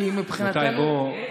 כי מבחינתנו,